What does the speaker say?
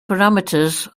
parameters